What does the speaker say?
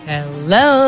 Hello